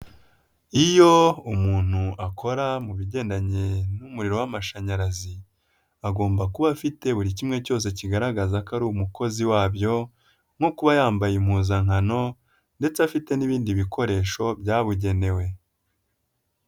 Iyo umuntu akora mu bigendanye n'umuriro w'amashanyarazi agomba kuba afite buri kimwe cyose kigaragaza ko ari umukozi wabyo nko kuba yambaye impuzankano ndetse afite n'ibindi bikoresho byabugenewe.